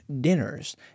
dinners